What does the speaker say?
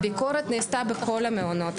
הביקורת נעשתה בכל המעונות.